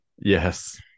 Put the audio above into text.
Yes